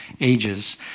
ages